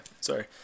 sorry